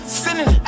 sinning